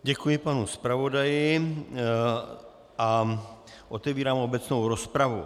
Děkuji panu zpravodaji a otevírám obecnou rozpravu.